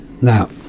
Now